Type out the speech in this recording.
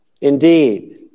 Indeed